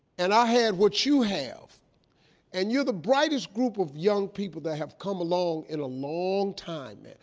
and i had what you have and you're the brightest group of young people that have come along in a long time, man.